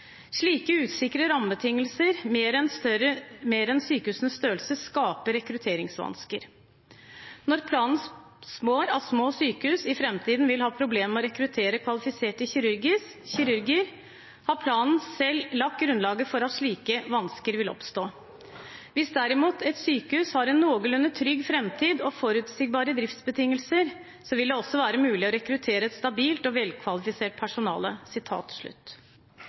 Slike usikre rammebetingelser – mer enn sykehusenes størrelse – skaper rekrutteringsvansker. Når planen spår at små sykehus i fremtiden vil ha problemer med å rekruttere kvalifiserte kirurger, har planen selv lagt grunnlaget for at slike vansker vil oppstå. Hvis derimot et sykehus har en noenlunde trygg fremtid og forutsigbare driftsbetingelser, er det også mulig å rekruttere et stabilt og velkvalifisert personale».